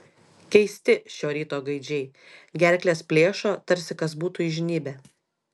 keisti šio ryto gaidžiai gerkles plėšo tarsi kas būtų įžnybę